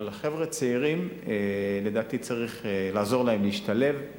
אבל חבר'ה צעירים, לדעתי צריך לעזור להם להשתלב,